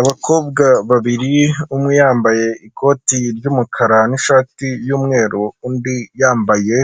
Abakobwa babiri umwe yambaye ikoti ry'umukara n'ishati y'umweru, undi yambaye